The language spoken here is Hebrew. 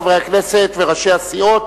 חברי הכנסת וראשי הסיעות,